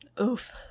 Oof